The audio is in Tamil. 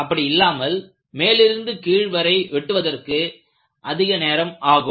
அப்படி இல்லாமல் மேலிருந்து கீழ் வரை வெட்டுவதற்கு அதிக நேரம் ஆகும்